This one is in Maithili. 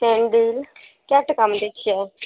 सैंडिल कए टाकामे दै छियै